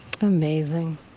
Amazing